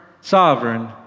sovereign